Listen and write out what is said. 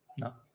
No